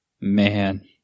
Man